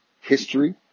history